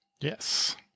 Yes